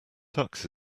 tux